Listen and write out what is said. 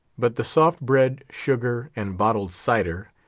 but the soft bread, sugar, and bottled cider,